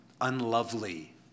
unlovely